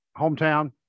hometown